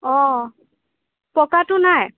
অঁ পকাটো নাই